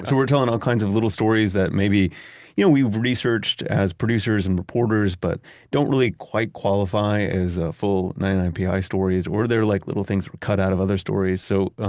so we're telling all kinds of little stories, that maybe you know we've researched as producers and reporters, but don't really quite qualify as ah full ninety nine pi stories. or, they're like little things were cut out of other stories. so,